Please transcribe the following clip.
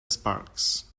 sparks